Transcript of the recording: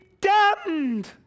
damned